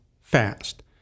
fast